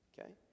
okay